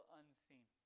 unseen